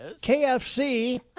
KFC